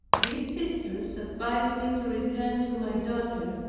these sisters advised me to return to my daughter.